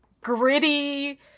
gritty